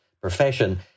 profession